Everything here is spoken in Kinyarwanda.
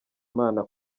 imana